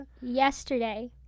yesterday